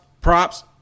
props